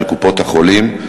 של קופות-החולים?